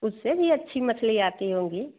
उससे भी अच्छी मछली आती होगी